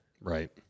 Right